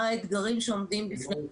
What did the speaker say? מהם האתגרים שעומדים בפני המערכת?